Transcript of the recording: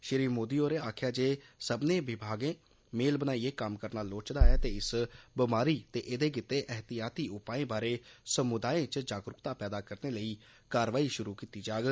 श्री मोदी होरें आक्खेआ जे सब्बनें विमागें मेल बनाइयै कम्म करना लोड़चदा ऐ ते इस बमारी ते एदे गितै एहतियाती उपाएं बारै समुदाय च जागरूकता पैदा करने लेई कार्रवाई शुरू कीती जाग